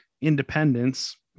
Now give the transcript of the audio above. independence